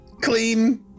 clean